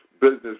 business